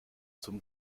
zum